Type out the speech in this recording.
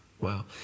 Wow